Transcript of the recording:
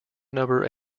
number